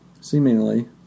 Seemingly